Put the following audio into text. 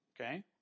Okay